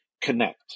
connect